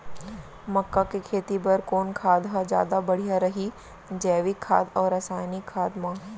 मक्का के खेती बर कोन खाद ह जादा बढ़िया रही, जैविक खाद अऊ रसायनिक खाद मा?